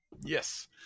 Yes